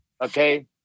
okay